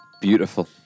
beautiful